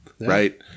right